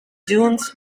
dunes